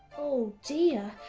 oh dear.